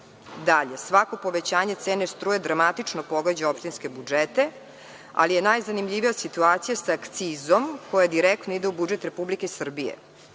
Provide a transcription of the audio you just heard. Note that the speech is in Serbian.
lokale. Svako povećanje cene struje dramatično pogađa opštinske budžete, ali je najzanimljivija situacija sa akcizom koja direktno ide u budžet RS. Povećanje